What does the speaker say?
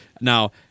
Now